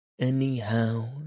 anyhow